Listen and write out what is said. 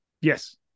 Yes